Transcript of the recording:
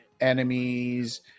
enemies